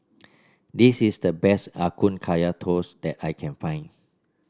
this is the best Ya Kun Kaya Toast that I can find